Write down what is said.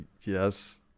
Yes